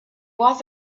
was